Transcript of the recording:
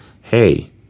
hey